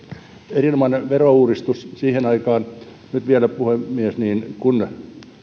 erinomainen verouudistus siihen aikaan nyt vielä puhemies kun